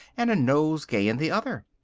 and a nosegay in the other.